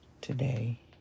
today